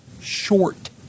short